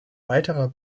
weiterer